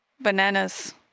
Bananas